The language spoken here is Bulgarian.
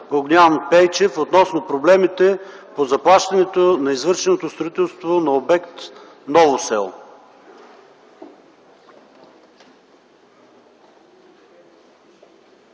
Огнян Пейчев относно проблемите по заплащането на извършеното строителство на обект Ново село.